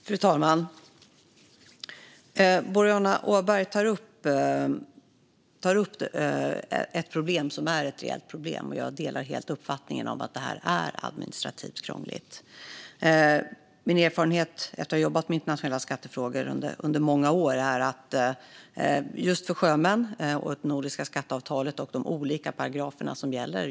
Fru talman! Boriana Åberg tar upp ett reellt problem, och jag delar helt uppfattningen att detta är administrativt krångligt. Min erfarenhet efter att ha jobbat med internationella skattefrågor under många år är att området är särskilt komplicerat för sjömän i förhållande till det nordiska skatteavtalet och de olika paragrafer som gäller.